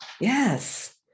Yes